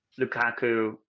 lukaku